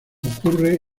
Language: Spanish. ocurre